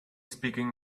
speaking